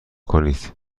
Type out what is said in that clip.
کنید